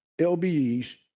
LBEs